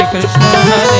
Krishna